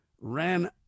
ran